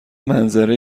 منظره